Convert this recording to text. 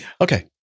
Okay